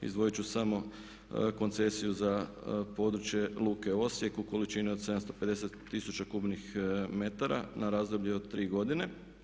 Izdvojit ću samo koncesiju za područje luke Osijek u količini od 750 000 kubnih metara na razdoblje od tri godine.